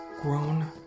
grown